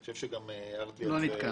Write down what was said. אני חושב שגם הערת לי על זה,